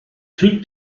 türk